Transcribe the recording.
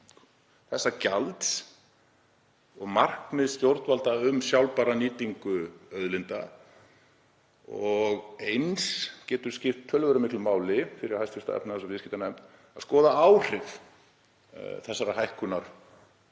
þessa gjalds og markmiðs stjórnvalda er þá um sjálfbæra nýtingu auðlinda. Eins getur skipt töluvert miklu máli fyrir hv. efnahags- og viðskiptanefnd að skoða áhrif þessarar hækkunar